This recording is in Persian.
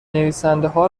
نویسندهها